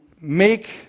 make